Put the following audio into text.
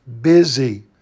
busy